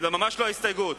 זו ממש לא ההסתייגות,